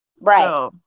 right